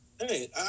Hey